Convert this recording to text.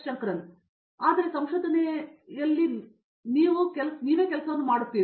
ಶಂಕರನ್ ಆದರೆ ಸಂಶೋಧನೆಯು ನೀವು ಕೆಲಸದಲ್ಲಿಯೇ ಮಾಡುತ್ತಿದ್ದೀರಿ